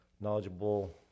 knowledgeable